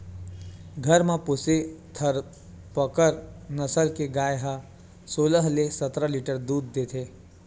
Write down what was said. घर म पोसे थारपकर नसल के गाय ह सोलह ले सतरा लीटर दूद देथे